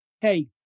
hey